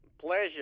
Pleasure